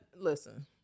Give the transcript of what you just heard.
listen